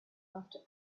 after